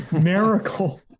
miracle